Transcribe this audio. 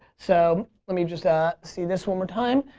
so, let me just ah see this one more time.